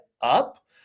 up